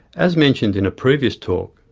as mentioned in a previous talk,